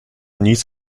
nic